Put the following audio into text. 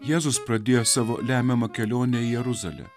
jėzus pradėjo savo lemiamą kelionę į jeruzalę